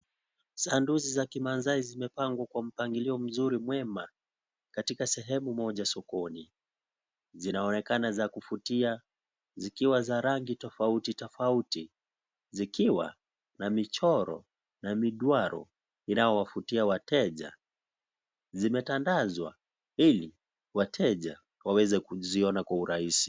Sandalsi za kimaasai zimepangwa kwa mpangilio mzuri mwema, katika sehemu moja sokoni, zinaonekana za kuvutia zikiwa za rangi tofautitofauti, zikiwa na michoro na migwaro inayowavutia wateja, zimetandazwa ili wateja waweze kuziona kwa urahisi.